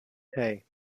hey